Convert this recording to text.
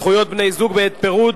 זכויות בני-זוג בעת פירוד),